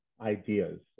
ideas